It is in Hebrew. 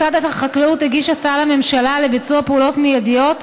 משרד החקלאות הגיש הצעה לממשלה לביצוע פעולות מיידיות,